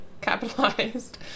capitalized